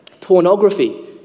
Pornography